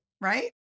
right